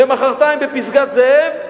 ומחרתיים בפסגת-זאב.